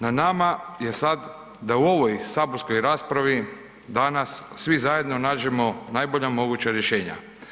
Na nama je sad da u ovoj saborskoj raspravi danas svi zajedno nađemo najbolja moguća rješenja.